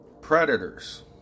Predators